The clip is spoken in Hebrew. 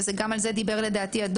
שגם על זה דיבר הדוח,